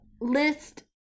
list